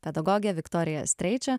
pedagogė viktorija streičė